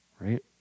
right